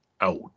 out